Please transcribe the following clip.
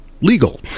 legal